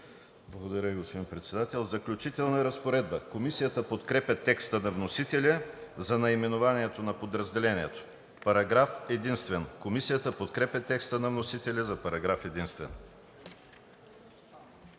Благодаря Ви, господин Председател. „Заключителна разпоредба“. Комисията подкрепя текста на вносителя за наименованието на подразделението. „Параграф единствен.“ Комисията подкрепя текста на вносителя за параграф единствен.